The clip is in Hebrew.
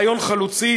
עם רעיון חלוצי,